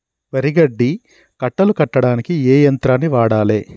వరి గడ్డి కట్టలు కట్టడానికి ఏ యంత్రాన్ని వాడాలే?